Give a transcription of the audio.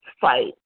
fight